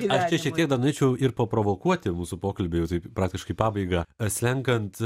aš čia šiek tiek dar norėčiau ir paprovokuoti mūsų pokalbui jau taip praktiškai į pabaigą slenkant